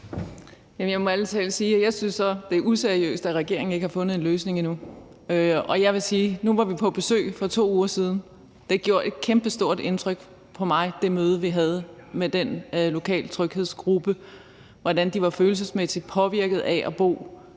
så synes, det er useriøst, at regeringen ikke har fundet en løsning endnu. Nu var vi på besøg på for 2 uger siden, og det møde, vi havde med den lokale tryghedsgruppe, om, hvordan de var følelsesmæssigt påvirket af at bo